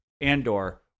Andor